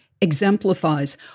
exemplifies